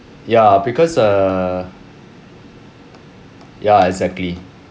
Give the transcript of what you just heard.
ya because err ya exactly